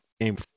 Game